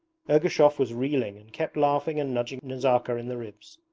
ergushov was reeling and kept laughing and nudging nazarka in the ribs.